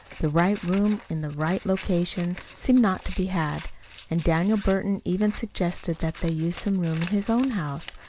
the right room in the right location seemed not to be had and daniel burton even suggested that they use some room in his own house.